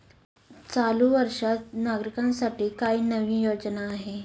चालू वर्षात नागरिकांसाठी काय नवीन योजना आहेत?